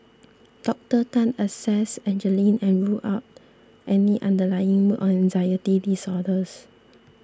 Docter Tan assessed Angeline and ruled out any underlying mood or anxiety disorders